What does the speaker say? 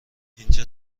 اینجا